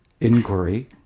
inquiry